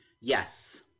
Yes